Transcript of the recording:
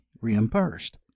reimbursed